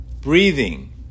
breathing